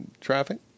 traffic